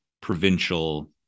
provincial